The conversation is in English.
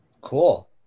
Cool